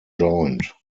joined